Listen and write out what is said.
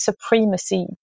supremacy